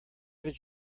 did